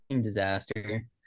disaster